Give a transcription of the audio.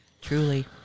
truly